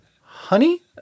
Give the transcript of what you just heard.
honey